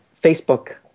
Facebook